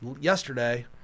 yesterday